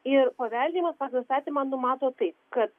ir paveldėjimas pagal įstatymą numato taip kad